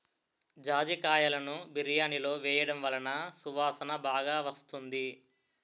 జాజికాయలును బిర్యానిలో వేయడం వలన సువాసన బాగా వస్తుంది